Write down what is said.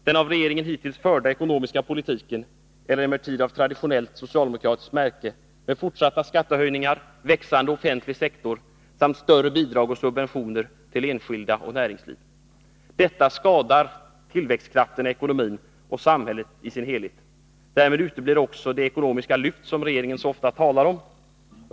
Den av regeringen hittills förda ekonomiska politiken är emellertid av traditionellt socialdemokratiskt märke med fortsatta skattehöjningar, växande offentlig sektor samt större bidrag och subventioner till enskilda och näringsliv. Detta skadar tillväxtkrafterna i ekonomin och samhället i dess helhet. Därmed uteblir också det ”ekonomiska lyft” som regeringen så ofta talar om.